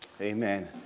Amen